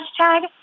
hashtag